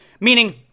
Meaning